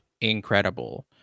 incredible